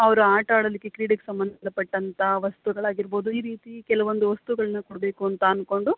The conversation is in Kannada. ಅವರು ಆಟ ಆಡಲಿಕ್ಕೆ ಕ್ರೀಡೆಗೆ ಸಂಬಂಧ ಪಟ್ಟಂತ ವಸ್ತುಗಳು ಆಗಿರಬಹುದು ಈ ರೀತಿ ಕೆಲವೊಂದು ವಸ್ತುಗಳನ್ನ ಕೊಡಬೇಕು ಅಂತ ಅಂದ್ಕೊಂಡು